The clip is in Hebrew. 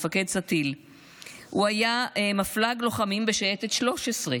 הוא היה מפל"ג לוחמים בשייטת 13,